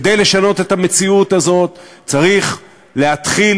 כדי לשנות את המציאות הזאת צריך להתחיל